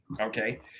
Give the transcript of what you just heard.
Okay